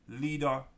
Leader